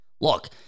look